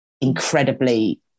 incredibly